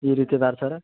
ಈ ರೀತಿ ಇದಾರ್ ಸರ್ರ